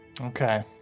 Okay